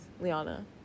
Liana